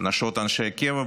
נשות אנשי הקבע,